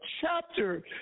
chapter